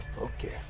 okay